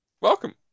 Welcome